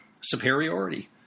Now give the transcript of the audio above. superiority